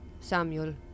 Samuel